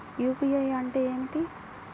UPI అంటే ఏమిటీ?